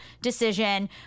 decision